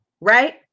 Right